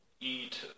eat